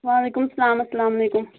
وعلیکُم السَلام السلام علیکُم